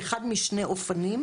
באחד משני אופנים,